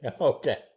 Okay